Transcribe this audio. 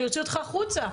אני אוציא אותך החוצה,